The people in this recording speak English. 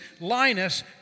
Linus